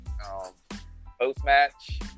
Post-match